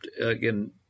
again